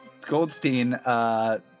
Goldstein